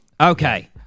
Okay